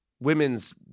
women's